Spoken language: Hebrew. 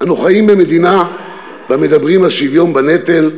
אנו חיים במדינה שבה מדברים על שוויון בנטל,